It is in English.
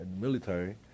military